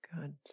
Good